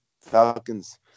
Falcons